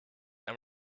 and